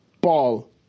ball